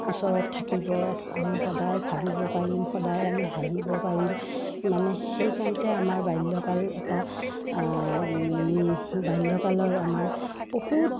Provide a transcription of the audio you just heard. ওচৰত থাকিব আমি সদায় ভাবিব পাৰিম সদায় আমি হাঁহিব পাৰিম মানে সেইকাৰণতে আমাৰ বাল্যকাল এটা বাল্যকালৰ আমাৰ বহুত